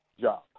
job